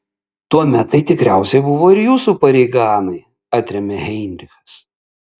tuomet tai tikriausiai buvo ir jūsų pareiga anai atrėmė heinrichas